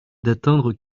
d’atteindre